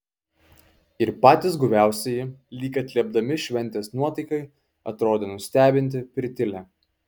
ir patys guviausieji lyg atliepdami šventės nuotaikai atrodė nustebinti pritilę